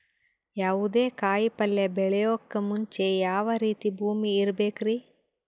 ಯಾವುದೇ ಕಾಯಿ ಪಲ್ಯ ಬೆಳೆಯೋಕ್ ಮುಂಚೆ ಯಾವ ರೀತಿ ಭೂಮಿ ಇರಬೇಕ್ರಿ?